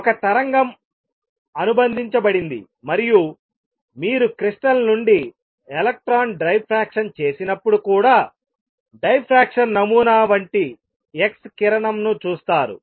ఒక తరంగం అనుబంధించబడింది మరియు మీరు క్రిస్టల్ నుండి ఎలక్ట్రాన్ డైఫ్రాక్షన్ చేసినప్పుడు కూడా డైఫ్రాక్షన్ నమూనా వంటి X కిరణం ను చూస్తారు